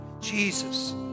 Jesus